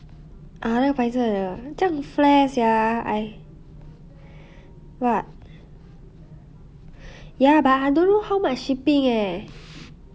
ah 那个白色的这样 flash sia I what ya but I don't know how much shipping eh